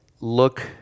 look